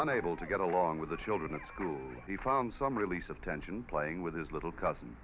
unable to get along with the children at school he found some release of tension playing with his little cousin